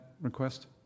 request